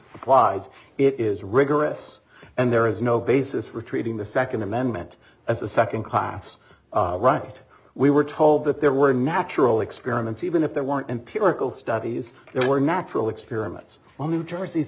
plods it is rigorous and there is no basis for treating the second amendment as a second class right we were told that there were natural experiments even if there weren't empirical studies there were natural experiments on new jersey's